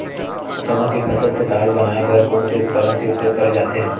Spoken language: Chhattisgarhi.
चना के फसल से दाल बनाये बर कोन से उपकरण के उपयोग करे जाथे?